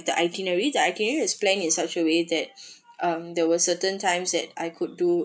the itinerary the itinerary is planned in such a way that um there were certain times that I could do